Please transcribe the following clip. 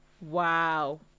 wow